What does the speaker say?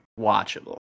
watchable